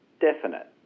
definite